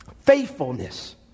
Faithfulness